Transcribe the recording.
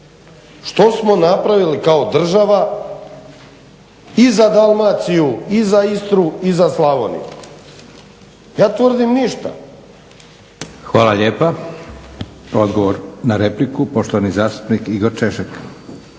Što smo napravili kao država i za Dalmaciju i za Istru i za Slavoniju? Ja tvrdim ništa. **Leko, Josip (SDP)** Hvala lijepa. Odgovor na repliku, poštovani zastupnik Igor Češek.